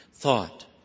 thought